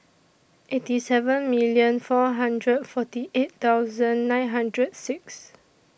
eighty seven million four hundred forty eight thousand nine hundred six